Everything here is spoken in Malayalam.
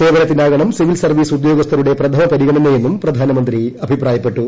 സേവനത്തിനാകണം സിവിൽ സർവ്വീസ് ഉദ്യോഗസ്ഥരുടെ പ്രഥമ പരിഗണനയെന്നും പ്രധാനമന്ത്രി അഭിപ്രായപ്പെട്ടു